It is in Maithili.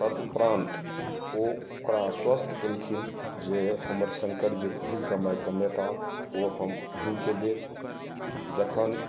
तदुपरान्त ओकरा स्वस्थ केलखिन जे हमर शंकर जे पहिल कमाइ कमेताह ओ हम अहींके देब जखन